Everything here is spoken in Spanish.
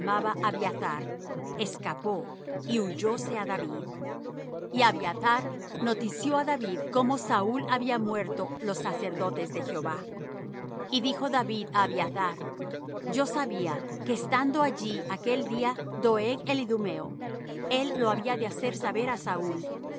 llamaba abiathar escapó y huyóse á david y abiathar notició á david como saúl había muerto los sacerdotes de jehová y dijo david á abiathar yo sabía que estando allí aquel día doeg el idumeo él lo había de hacer saber á saúl